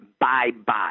Bye-bye